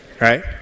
right